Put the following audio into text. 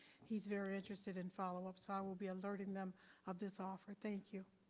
he's very interested in follow up so i will be alerting them of this offer thank you.